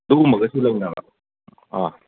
ꯑꯗꯨꯒꯨꯝꯕꯒꯁꯨ ꯂꯩꯅꯕ꯭ꯔꯥ ꯑꯥ